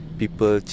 people